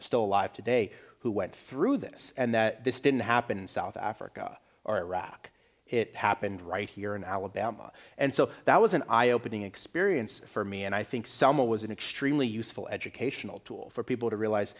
still alive today who went through this and that this didn't happen in south africa or iraq it happened right here in alabama and so that was an eye opening experience for me and i think somewhat was an extremely useful educational tool for people to realize